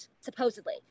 supposedly